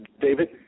David